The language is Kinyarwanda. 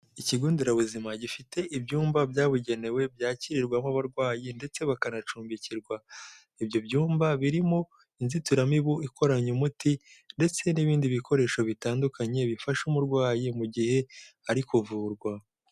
Ikigo nderabuzima gifite ibyumba byabugenewe byakirirwamo abarwayi ndetse bakanacumbikirwa, ibyo byumba birimo inzitiramibu ikoranye umuti ndetse n'ibindi bikoresho bitandukanye bifasha umurwayi mu gihe ari kuvurwa.